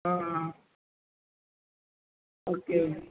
ஆ ஆ ஓகே